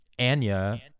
Anya